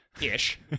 ish